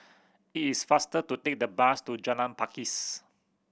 it is faster to take the bus to Jalan Pakis